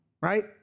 right